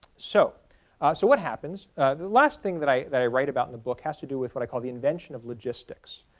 so so what happens, the last thing that i that i write about in the book has to do with what i call the invention of logistics.